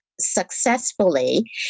successfully